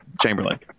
Chamberlain